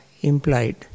implied